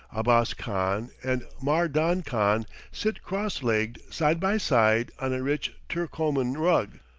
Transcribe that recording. abbas khan and mar-dan khan sit cross-legged side by side on a rich turcoman rug,